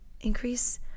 increase